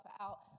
out